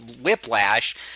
whiplash